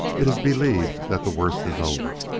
it is believed that the worst is over.